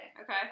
Okay